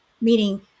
Meaning